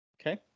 Okay